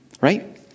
right